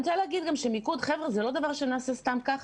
אני גם רוצה להגיד שמיקוד זה לא דבר שנעשה סתם כך.